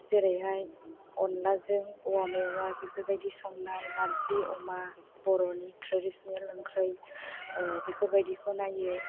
जेरैहाय अनलाजों औवा मेवाय बेफोरबायदि संनाय नार्जि अमा बर'नि ट्रेदिसनेल ओंख्रै बेफोरबायदिखौ नायो